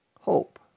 hope